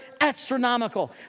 astronomical